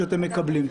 שאתם מקבלים.